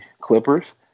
Clippers